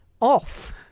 off